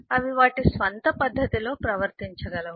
అవి వాటి స్వంత పద్ధతిలో ప్రవర్తించ గలవు